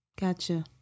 Gotcha